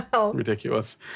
ridiculous